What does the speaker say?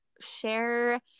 share